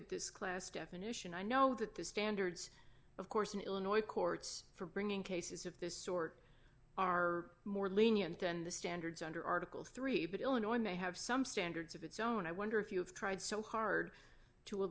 at this class definition i know that the standards of course in illinois courts for bringing cases of this sort are more lenient than the standards under article three but illinois may have some standards of its own i wonder if you have tried so hard to